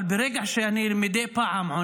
אבל ברגע שאני עונה,